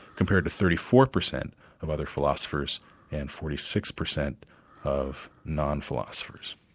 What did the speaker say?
compared to thirty four percent of other philosophers and forty six percent of non-philosophers.